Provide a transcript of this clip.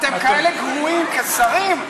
אתם כאלה גרועים כשרים,